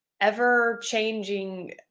ever-changing